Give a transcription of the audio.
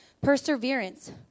perseverance